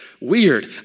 Weird